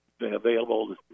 available